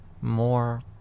more